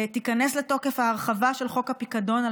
תיכנס לתוקף ההרחבה של חוק הפיקדון על